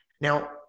Now